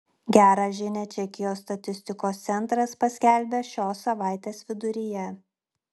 gerą žinią čekijos statistikos centras paskelbė šios savaitės viduryje